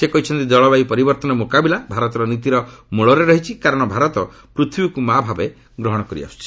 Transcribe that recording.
ସେ କହିଛନ୍ତି ଜଳବାୟୁ ପରିବର୍ତ୍ତନ ମୁକାବିଲା ଭାରତର ନୀତିର ମୂଳରେ ରହିଛି କାରଣ ଭାରତ ପୃଥିବୀକୁ ମାଆ ଭାବେ ଗ୍ରହଣ କରିଆସିଛି